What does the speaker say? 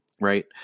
Right